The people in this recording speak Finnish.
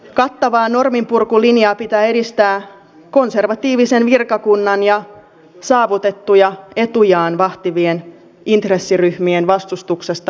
kattavaa norminpurkulinjaa pitää edistää konservatiivisen virkakunnan ja saavutettuja etujaan vahtivien intressiryhmien vastustuksesta huolimatta